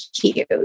cute